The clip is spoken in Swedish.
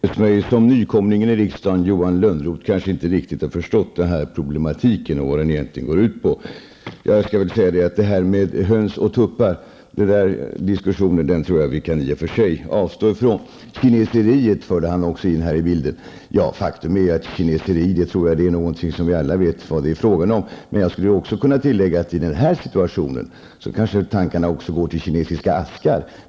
Fru talman! Det synes mig som nykomlingen i riksdagen Johan Lönnroth inte riktigt har förstått den här problematiken och vad den egentligen går ut på. Diskussionen om höns och tuppar tror jag att vi kan avstå ifrån. Vad kineseri är tror jag att vi alla vet. Man kan också tillägga att i den här situationen går tankarna kanske också till kinesiska askar.